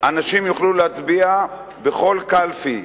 האנשים יוכלו להצביע בכל קלפי.